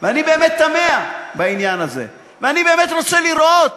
ואני באמת תמה, בעניין הזה, ואני באמת רוצה לראות